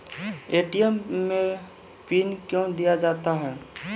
ATM मे PIN कयो दिया जाता हैं?